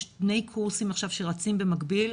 יש שני קורסים עכשיו שרצים במקביל,